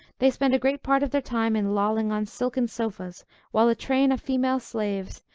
they spend a great part of their time in lolling on silken sofas while a train of female slaves,